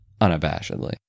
unabashedly